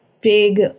big